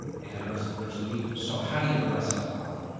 and there's there's a need so how do you address that problem?